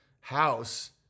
house